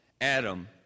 Adam